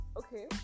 okay